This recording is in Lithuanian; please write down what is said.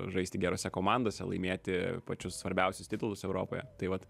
žaisti gerose komandose laimėti pačius svarbiausius titulus europoje tai vat